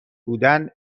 بودن